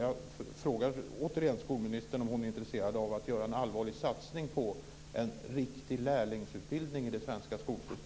Jag frågar återigen skolministern om hon är intresserad av att göra en allvarlig satsning på en riktig lärlingsutbildning i det svenska skolsystemet.